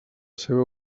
seva